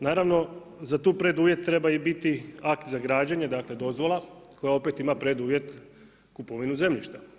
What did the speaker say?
Naravno za tu preduvjet trebaju biti akt za građenje, dakle dozvola, koja opet ima preduvjet kupovinu zemljišta.